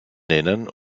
nennen